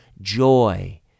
joy